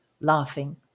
Laughing